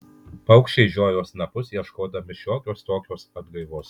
paukščiai žiojo snapus ieškodami šiokios tokios atgaivos